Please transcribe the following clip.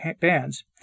bands